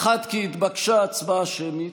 האחת, כי התבקשה הצבעה שמית,